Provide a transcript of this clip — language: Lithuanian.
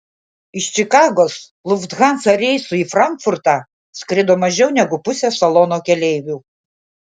iš čikagos lufthansa reisu į frankfurtą skrido mažiau negu pusė salono keleivių